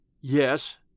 Yes